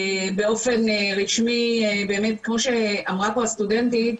באופן רשמי באמת כמו שאמרה פה הסטודנטית,